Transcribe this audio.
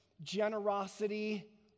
generosity